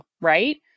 right